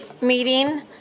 meeting